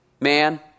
man